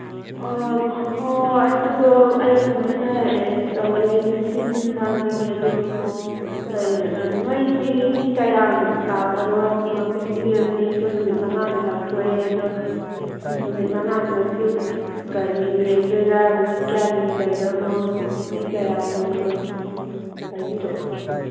ꯑꯣ ꯑꯣ ꯑꯗꯨꯗꯣ ꯑꯩ ꯂꯣꯏꯅ ꯑꯦꯔꯦꯟꯁ ꯇꯧꯒꯦ ꯑꯩ ꯂꯣꯏꯅ ꯁꯤꯟ ꯂꯥꯡꯕꯤꯒꯦ ꯑꯗꯨ ꯀꯩ ꯅꯣꯏꯁꯤ ꯃꯤ ꯀꯌꯥꯝ ꯂꯥꯛꯄꯅꯣ ꯐꯦꯁꯇꯤꯚꯦꯜꯁꯤ ꯑꯩꯈꯣꯏ ꯅꯨꯃꯤꯠ ꯃꯉꯥꯅꯤ ꯄꯥꯡꯊꯣꯛꯑꯦ ꯑꯗꯣ ꯅꯨꯃꯤꯠ ꯃꯉꯥꯅꯤꯃꯛꯁꯤ ꯀꯔꯤ ꯌꯦꯡꯗꯣꯏꯔ ꯅꯨꯃꯤꯠ ꯀꯌꯥꯅꯤꯒꯤ ꯂꯩꯗꯣꯏꯅꯣ ꯃꯤ ꯀꯌꯥꯝꯅꯣ ꯑꯗꯣ ꯍꯥꯏꯕꯤꯔꯛꯑꯣ